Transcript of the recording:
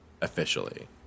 officially